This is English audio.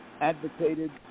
advocated